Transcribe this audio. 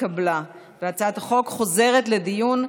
התשפ"א 2020,